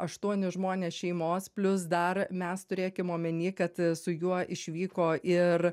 aštuoni žmonės šeimos plius dar mes turėkim omeny kad su juo išvyko ir